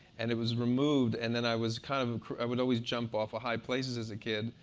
and it was removed. and then i was kind of i would always jump off a high places as a kid.